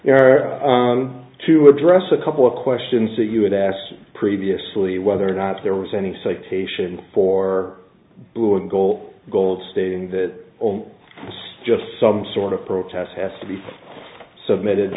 please to address a couple of questions that you had asked previously whether or not there was any citation for blue and gold gold stating that all just some sort of protest has to be submitted